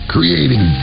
Creating